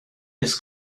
his